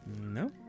No